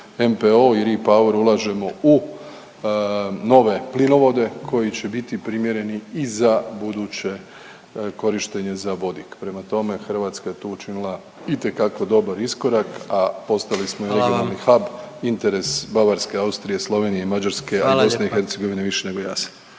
NPO i Repoweru ulažemo u nove plinovode koji će biti primjereni i za buduće korištenje za vodik. Prema tome Hrvatska je tu učinila itekako dobar iskorak, a postali smo ujedno i … …/Upadica predsjednik: Hvala vam./… … HAB interes Bavarske, Austrije, Slovenije, Mađarske … …/Upadica predsjednik: Hvala